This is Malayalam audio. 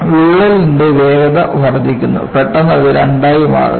വിള്ളലിന്റെ വേഗത വർദ്ധിക്കുന്നു പെട്ടെന്ന് അത് രണ്ടായി മാറുന്നു